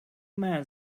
men